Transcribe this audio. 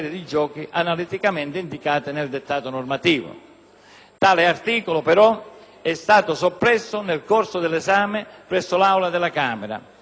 Tale articolo, però, è stato soppresso nel corso dell'esame presso l'Aula della Camera. Il Governo si è riproposto